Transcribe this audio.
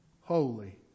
Holy